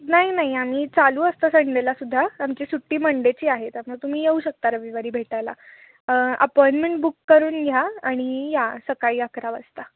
नाही नाही आम्ही चालू असतं संडेला सुद्धा आमची सुट्टी मंडेची आहे त्यामुळे तुम्ही येऊ शकता रविवारी भेटायला अपॉइंटमेंट बुक करून घ्या आणि या सकाळी अकरा वाजता